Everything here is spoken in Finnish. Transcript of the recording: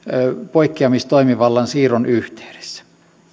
poikkeamistoimivallan siirron yhteydessä